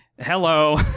hello